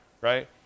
right